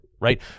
right